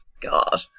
God